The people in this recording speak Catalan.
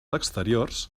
exteriors